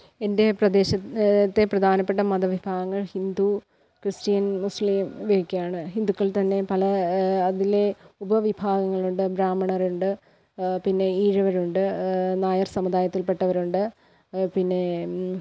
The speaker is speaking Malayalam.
എൻ്റെ പ്രദേശ് ത്തെ പ്രധാനപ്പെട്ട മതവിഭാഗങ്ങൾ ഹിന്ദു ക്രിസ്റ്റ്യൻ മുസ്ലിം ഇവയൊക്കെയാണ് ഹിന്ദുക്കൾ തന്നെ പല അതിൽ ഉപവിഭാഗങ്ങൾ ഉണ്ട് ബ്രാഹ്മണർ ഉണ്ട് പിന്നെ ഈഴവർ ഉണ്ട് നായർ സമുദായത്തിൽ പെട്ടവർ ഉണ്ട് പിന്നേ